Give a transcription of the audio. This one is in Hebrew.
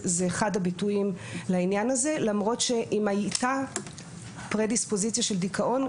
זה אחד הביטויים לעניין הזה למרות שאם הייתה פרדיספוזיציה של דיכאון,